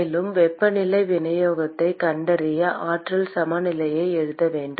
மேலும் வெப்பநிலை விநியோகத்தைக் கண்டறிய ஆற்றல் சமநிலையை எழுத வேண்டும்